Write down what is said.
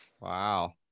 wow